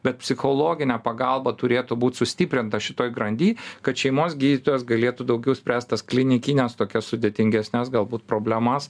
bet psichologinė pagalba turėtų būt sustiprinta šitoj grandy kad šeimos gydytojas galėtų daugiau spręst tas klinikines tokias sudėtingesnes galbūt problemas